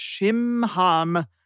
Shimham